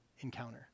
encounter